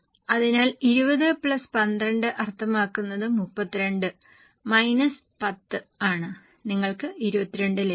അതിനാൽ 20 പ്ലസ് 12 അർത്ഥമാക്കുന്നത് 32 മൈനസ് 10 ആണ് നിങ്ങൾക്ക് 22 ലഭിക്കും